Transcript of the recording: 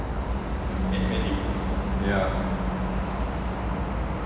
ya